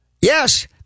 Yes